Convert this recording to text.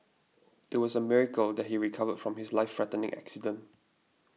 there was a miracle that he recovered from his life threatening accident